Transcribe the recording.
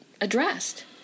addressed